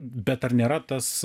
bet ar nėra tas